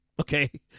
Okay